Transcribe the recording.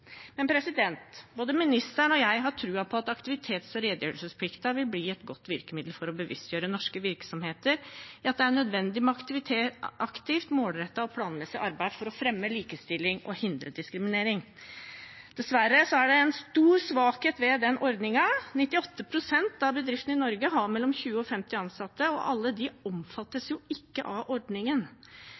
Både ministeren og jeg har troen på at aktivitets- og redegjørelsesplikten vil bli et godt virkemiddel for å bevisstgjøre norske virksomheter på at det er nødvendig med aktivt, målrettet og planmessig arbeid for å fremme likestilling og hindre diskriminering. Dessverre er det en stor svakhet ved den ordningen – 98 pst. av bedriftene i Norge har mellom 20 og 50 ansatte, og alle de omfattes jo ikke av ordningen.